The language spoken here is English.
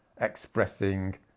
expressing